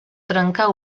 trencar